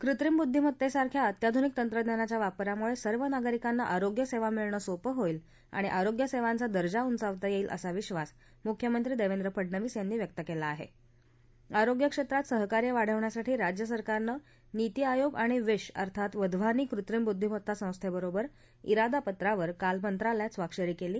कृत्रिम बुद्धीमत्तप्तीरख्या अत्याधूनिक तंत्रज्ञानाच्या वापरामुळखिर्व नागरिकांना आरोग्यसद्धी मिळणं सोपं होईल आणि आरोग्यसद्धीवा दर्जा उंचावता यईक्रि असा विश्वास मुख्यमंत्री दक्षेक्रे फडनवीस यांनी व्यक्त क्लि आहाआरोग्यक्षात्ति सहकार्य वाढवण्यासाठी राज्य सरकारनं नीती आयोग आणि विश अर्थात वधवानी कृत्रिम बुद्धीमत्ता संस्थक्वीबर इरादापत्रावर काल मंत्रालयात स्वाक्षरी कली